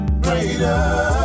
Greater